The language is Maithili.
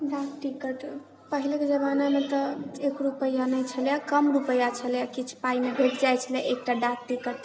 डाक टिकट पहलेके जमानामे तऽ एक रूपैआ नहि छलैया कम रूपैआ छलै किछु पायमे भेट जाइत छलै एकटा डाक टिकट